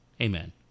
Amen